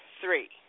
three